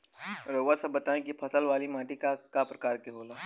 रउआ सब बताई कि फसल वाली माटी क प्रकार के होला?